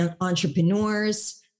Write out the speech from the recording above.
entrepreneurs